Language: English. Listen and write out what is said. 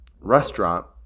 restaurant